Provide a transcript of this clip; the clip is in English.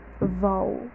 vow